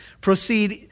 proceed